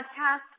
podcast